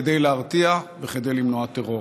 כדי להרתיע וכדי למנוע טרור.